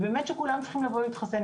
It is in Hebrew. באמת כולם צריכים לבוא להתחסן.